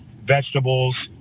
vegetables